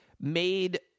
made